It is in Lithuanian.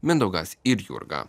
mindaugas ir jurga